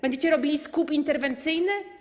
Będziecie robili skup interwencyjny?